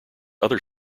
other